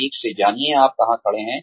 ठीक से जानिए आप कहां खड़े हैं